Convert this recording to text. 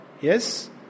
Yes